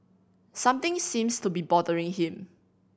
something seems to be bothering him